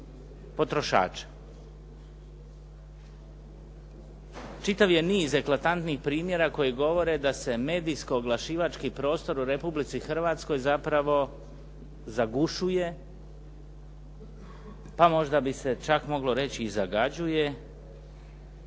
potrošača. Čitav je niz eklatantnih primjera koji govore da se medijsko oglašivački prostor u Republici Hrvatskoj zapravo zagušuje, pa možda bi se čak moglo reći i zagađuje